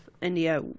India